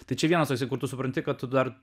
tai čia vienas toksai kur tu supranti kad tu dar